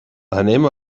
anem